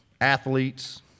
athletes